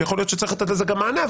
יכול להיות שצריך לתת לזה גם מענה.